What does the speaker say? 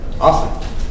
Awesome